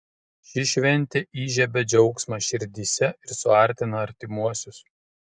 ši šventė įžiebia džiaugsmą širdyse ir suartina artimuosius